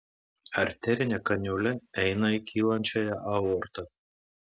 arterinė kaniulė eina į kylančiąją aortą